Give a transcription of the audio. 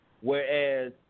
Whereas